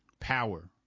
power